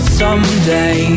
someday